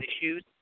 issues